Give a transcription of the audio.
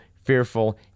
fearful